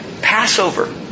Passover